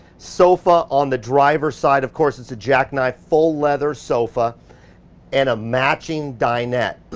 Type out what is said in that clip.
sofa on the driver's side, of course it's a jackknife full leather sofa and a matching dinette.